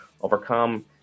overcome